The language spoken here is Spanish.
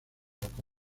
poco